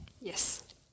Yes